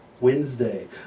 Wednesday